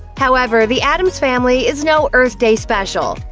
however, the addams family is no earth day special.